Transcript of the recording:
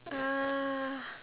ah